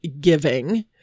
giving